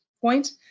point